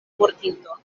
mortinto